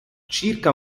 circa